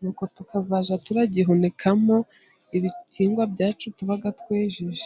nuko tukazajya turagihunikamo ibihingwa byacu tuba twejeje.